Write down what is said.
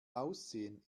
aussehen